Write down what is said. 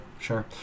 sure